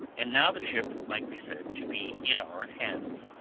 and now the ship might be said to be in our hands.